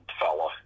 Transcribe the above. fella